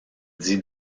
dit